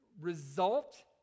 result